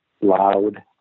loud